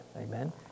amen